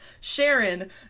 Sharon